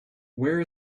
where